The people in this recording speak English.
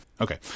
Okay